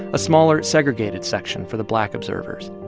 a smaller, segregated section for the black observers.